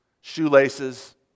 shoelaces